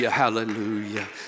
hallelujah